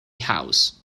house